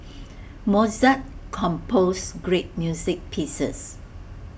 Mozart composed great music pieces